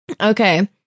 Okay